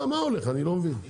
אני לא מבין,